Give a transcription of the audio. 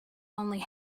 only